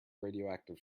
radioactive